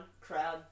crowd